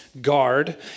guard